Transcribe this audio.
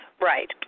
Right